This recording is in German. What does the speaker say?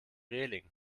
reling